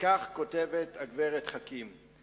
וכך כותבת הגברת חכים: